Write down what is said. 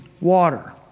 water